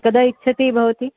कदा इच्छति भवती